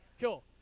Cool